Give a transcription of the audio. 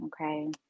Okay